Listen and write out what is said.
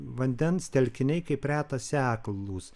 vandens telkiniai kaip reta seklūs